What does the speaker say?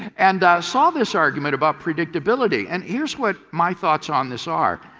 and saw this argument about predictability and here is what my thoughts on this are.